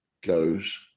goes